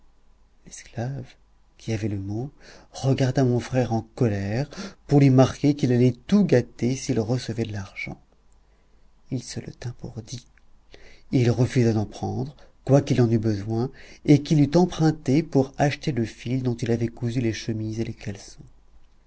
l'esclave qui avait le mot regarda mon frère en colère pour lui marquer qu'il allait tout gâter s'il recevait de l'argent il se le tint pour dit il refusa d'en prendre quoiqu'il en eût besoin et qu'il en eût emprunté pour acheter le fil dont il avait cousu les chemises et les caleçons